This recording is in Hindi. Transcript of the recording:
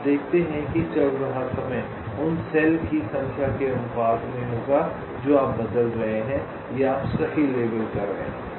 आप देखते हैं कि चल रहा समय उन सेल की संख्या के अनुपात में होगा जो आप बदल रहे हैं या आप सही लेबल कर रहे हैं